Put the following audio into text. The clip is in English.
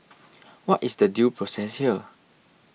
what is the due process here